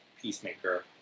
Peacemaker